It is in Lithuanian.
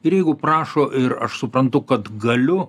ir jeigu prašo ir aš suprantu kad galiu